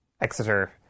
Exeter